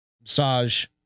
Massage